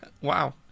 Wow